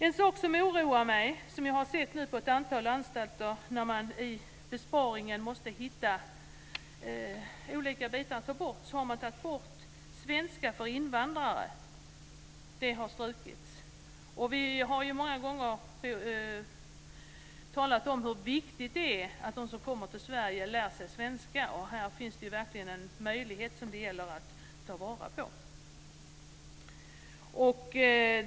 En sak som oroar mig, och som jag har sett på ett antal anstalter, är att vissa bitar måste tas bort på grund av besparingar. Då har svenska för invandrare strukits bort. Vi har många gånger talat om hur viktigt det är att de som kommer till Sverige lär sig svenska. Här finns verkligen en möjlighet som det gäller att ta till vara.